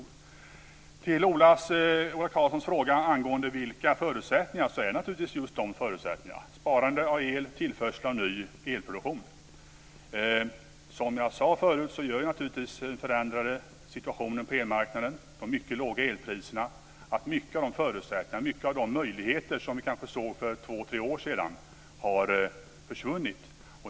När det gäller Ola Karlssons fråga om förutsättningarna vill jag säga att det naturligtvis är just de förutsättningarna det handlar om; sparande av el, tillförsel av ny elproduktion. Som jag sade förut gör naturligtvis den förändrade situationen på elmarknaden, de mycket låga elpriserna, att mycket av förutsättningarna, många av de möjligheter som vi kanske såg för två tre år sedan, har försvunnit.